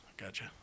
Gotcha